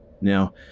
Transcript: now